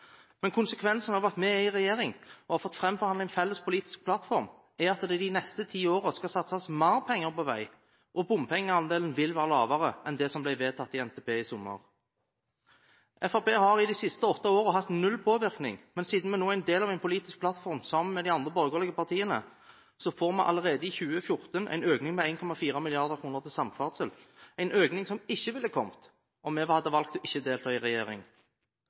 men konsekvensen av at vi er i regjering og har fått framforhandlet en felles politisk plattform er at det de neste ti årene skal satses mer penger på vei, og bompengeandelen vil være lavere enn det som ble vedtatt i NTP i sommer. Fremskrittspartiet har de siste årene hatt null påvirkning, men siden vi nå er en del av en politisk plattform sammen med de andre borgerlige partiene får vi allerede i 2014 en økning på 1,4 mrd. til samferdsel – en økning som ikke ville ha kommet om vi hadde valgt ikke å delta i regjering.